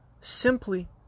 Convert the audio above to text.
simply